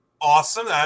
Awesome